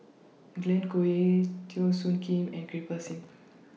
Glen Goei Teo Soon Kim and Kirpal Singh